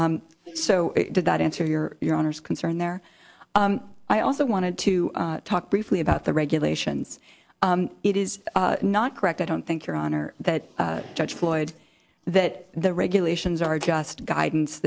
case so did that answer your your honor's concern there i also wanted to talk briefly about the regulations it is not correct i don't think your honor that judge floyd that the regulations are just guidance